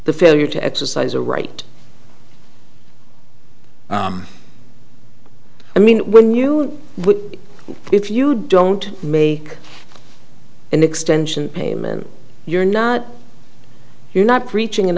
the failure to exercise a right i mean when you would if you don't make an extension payment you're not you're not preaching an